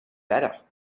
better